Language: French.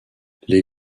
les